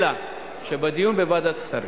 אלא שבדיון בוועדת שרים,